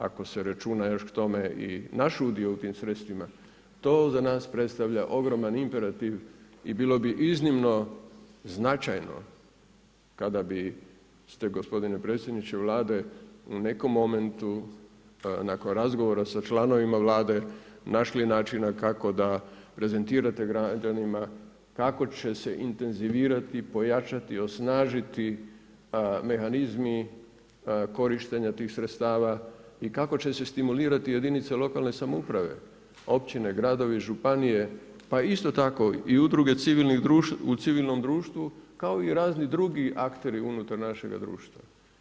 Ako se računa još k tome i naš udio u tim sredstvima, to za nas predstavlja ogroman imperativ i bilo bi iznimno značajno kada bi ste gospodine predsjedniče Vlade u nekom momentu, nakon razgovora sa članovima Vlade, našli načina kako da prezentirate građanima kako će se intezivirati, pojačati, osnažiti mehanizmi korištenja tih sredstava i kako će se stimulirati jedinice lokalne samouprave, općine gradovi, županije pa isto tako i udruge u civilnom društvu kao i razni drugi akteri unutar našega društva.